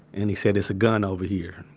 and he said it's a gun over here